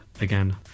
again